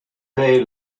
bay